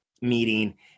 meeting